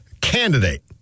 candidate